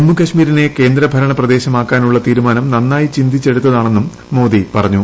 ജമ്മു കാശ്മീരിലെ കേന്ദ്രഭരണപ്രദേശമാക്കാനുള്ള തീരുമാനം നന്നായി ചിന്തിച്ചെടുത്താണെന്നും മോദി പറഞ്ഞു